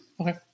Okay